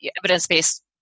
evidence-based